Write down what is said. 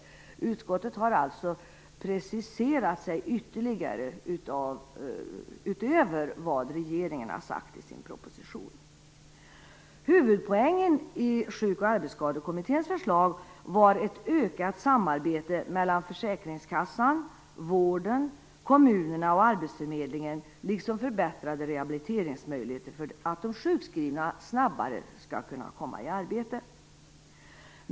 Utskottet har alltså preciserat sig ytterligare utöver vad regeringen har sagt i sin proposition. Huvudpoängen i Sjuk och arbetsskadekommitténs förslag var ett ökat samarbete mellan försäkringskassan, vården, kommunerna och arbetsförmedlingen liksom förbättrade rehabiliteringsmöjligheter för att de sjukskrivna snabbare skall kunna komma i arbete.